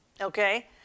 okay